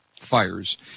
fires